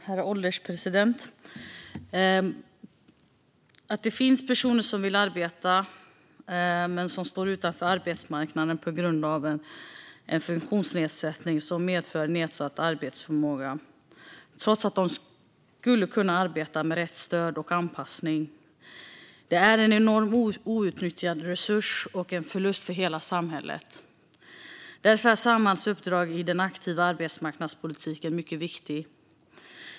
Herr ålderspresident! Att det finns personer som vill arbeta men som står utanför arbetsmarknaden på grund av en funktionsnedsättning som medför nedsatt arbetsförmåga trots att de skulle kunna arbeta med rätt stöd och anpassning är en enorm outnyttjad resurs och en förlust för hela samhället. Därför är Samhalls uppdrag i den aktiva arbetsmarknadspolitiken mycket viktigt.